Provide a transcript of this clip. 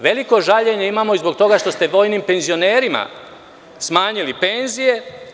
Veliko žaljenje imamo i zbog toga što ste vojnim penzionerima smanjili penzije.